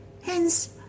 Hence